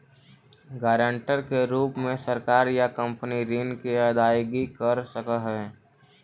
guarantor के रूप में सरकार या कंपनी ऋण के अदायगी कर सकऽ हई